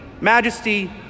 majesty